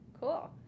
cool